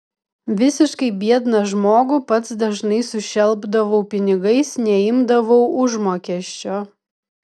visiškai biedną žmogų pats dažnai sušelpdavau pinigais neimdavau užmokesčio